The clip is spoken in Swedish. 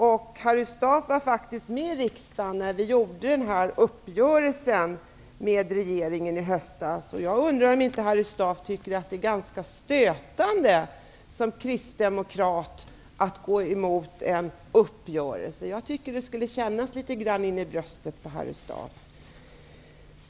Harry Staaf var med i riksdagen när vi gjorde uppgörelsen med regeringen i höstas. Jag undrar om inte Harry Staaf som kristdemokrat tycker att det är ganska stötande att gå emot en uppgörelse. Det borde kännas litet grand i bröstet på Harry Staaf.